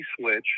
Switch